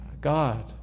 God